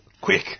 Quick